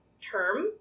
term